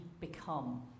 become